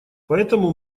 поэтому